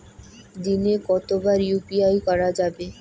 দিনে কতবার ইউ.পি.আই করা যাবে?